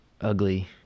ugly